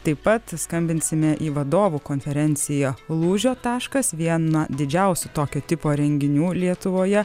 taip pat skambinsime į vadovų konferenciją lūžio taškas viena didžiausių tokio tipo renginių lietuvoje